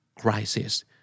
Crisis